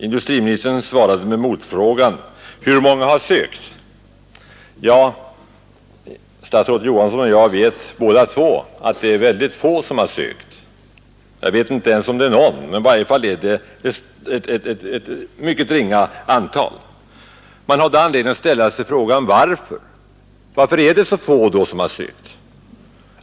Industriministern svarade med att fråga: Hur många har sökt krediter? Både statsrådet Johansson och jag vet att det är få som har sökt — jag vet inte om det ens är någon, men i varje fall är det ett mycket ringa antal. Man har då anledning att ställa frågan varför så få har sökt.